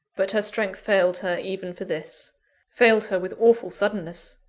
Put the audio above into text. but her strength failed her even for this failed her with awful suddenness.